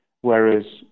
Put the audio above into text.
Whereas